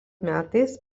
metais